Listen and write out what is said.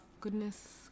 Goodness